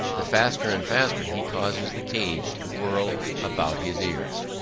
the faster and faster he causes the cage to whirl about his ears.